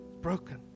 broken